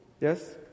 Yes